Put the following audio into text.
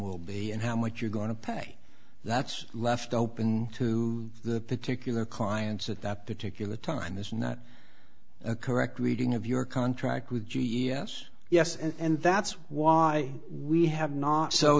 will be and how much you're going to pay that's left open to the particular clients at that particular time this is not a correct reading of your contract with g s yes and that's why we have not so